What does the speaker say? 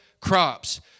crops